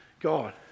God